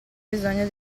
bisogno